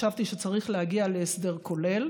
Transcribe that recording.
חשבתי שצריך להגיע להסדר כולל,